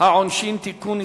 העונשין (תיקון,